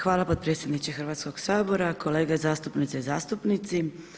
Hvala potpredsjedniče Hrvatskoga sabora, kolege zastupnice i zastupnici.